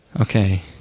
Okay